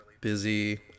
busy